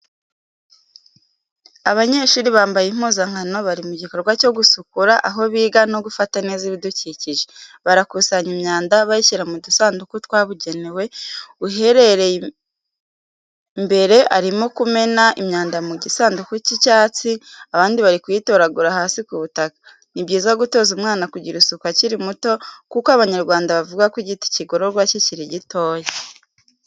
Abanyeshuri bambaye impuzankano bari mu gikorwa cyo gusukura aho biga no gufata neza ibidukikije. Barakusanya imyanda bayishyira mu dusanduku twabugenewe. Uherereye imbere arimo kumena imyanda mu gisanduku cy’icyatsi, abandi bari kuyitoragura hasi ku butaka. Ni byiza gutoza umwana kugira isuku akiri muto kuko abanyarwanda bavuga ko igiti kigororwa kikiri gito.